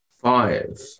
Five